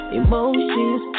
emotions